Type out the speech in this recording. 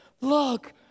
look